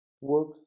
Work